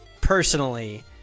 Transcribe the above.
personally